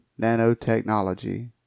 nanotechnology